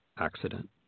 accident